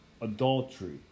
Adultery